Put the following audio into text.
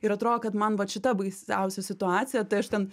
ir atrodo kad man vat šita baisiausia situacija tai aš ten